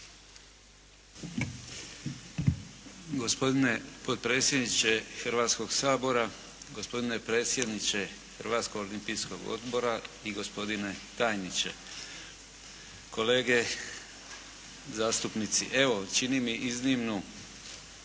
Gospodine potpredsjedniče Hrvatskoga sabora, gospodine predsjedniče Hrvatskog olimpijskog odbora, gospodine tajniče, kolege zastupnici. Evo, čini mi iznimnu